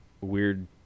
weird